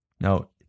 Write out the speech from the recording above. Now